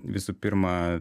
visų pirma